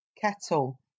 kettle